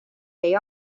day